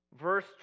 Verse